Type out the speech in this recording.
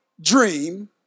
dream